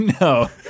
No